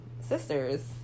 sisters